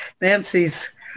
nancy's